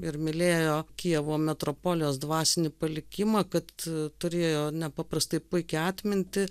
ir mylėjo kijevo metropolijos dvasinį palikimą kad turėjo nepaprastai puikią atmintį